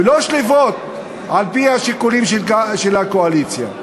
ולא שליפות על-פי השיקולים של הקואליציה.